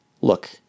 Look